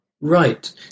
Right